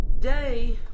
Today